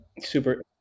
Super